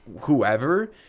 whoever